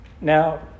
Now